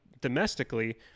domestically